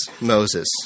Moses